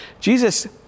Jesus